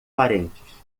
parentes